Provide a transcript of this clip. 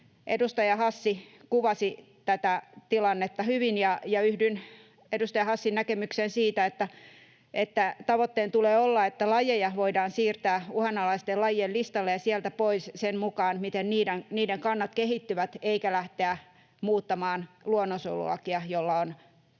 Edustaja Hassi kuvasi tätä tilannetta hyvin, ja yhdyn edustaja Hassin näkemykseen siitä, että tavoitteen tulee olla, että lajeja voidaan siirtää uhanalaisten lajien listalle ja sieltä pois sen mukaan, miten niiden kannat kehittyvät, eikä lähteä muuttamaan luonnonsuojelulakia, jolla on